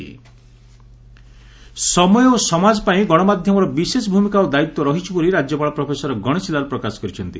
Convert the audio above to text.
ରାଜ୍ୟପାଳ ସମୟ ଓ ସମାଜ ପାଇଁ ଗଣମାଧ୍ଧମର ବିଶେଷ ଭ୍ରମିକା ଓ ଦାୟିତ୍ୱ ରହିଛି ବୋଲି ରାକ୍ୟପାଳ ପ୍ରଫେସର ଗଣେଶି ଲାଲ ପ୍ରକାଶ କରିଛନ୍ତି